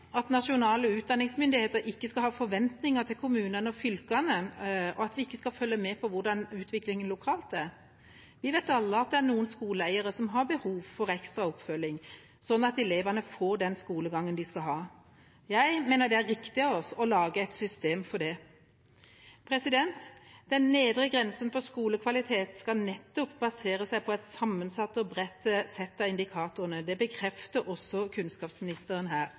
at nasjonale utdanningsmyndigheter ikke skal ha forventninger til kommunene og fylkene, og at vi ikke skal følge med på hvordan utviklingen lokalt er. Vi vet alle at det er noen skoleeiere som har behov for ekstra oppfølging, slik at elevene får den skolegangen de skal ha. Jeg mener det er riktig av oss å lage et system for det. Den nedre grensen for skolekvalitet skal nettopp basere seg på et sammensatt og bredt sett av indikatorer, det bekrefter også kunnskapsministeren her.